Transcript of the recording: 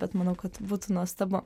bet manau kad būtų nuostabu